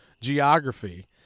geography